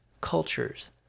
cultures